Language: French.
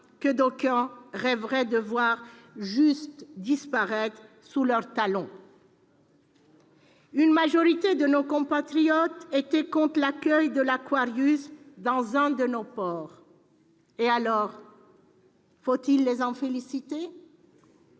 que d'aucuns rêveraient de voir tout simplement disparaître sous leur talon. Une majorité de nos compatriotes était contre l'accueil de l'dans l'un de nos ports. Et alors ? Faut-il les en féliciter ?